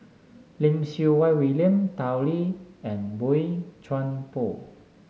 Lim Siew Wai William Tao Li and Boey Chuan Poh